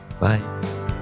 bye